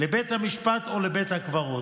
לבית המשפט או לבית הקברות,